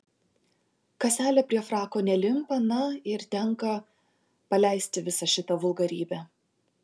kaselė prie frako nelimpa na ir tenka paleisti visą šitą vulgarybę